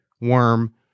worm